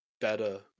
better